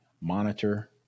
monitor